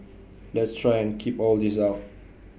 let's try and keep all this out